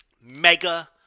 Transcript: Mega